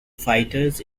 fighters